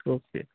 okay